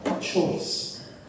choice